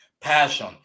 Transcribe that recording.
Passion